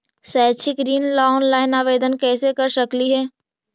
शैक्षिक ऋण ला ऑनलाइन आवेदन कैसे कर सकली हे?